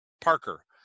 parker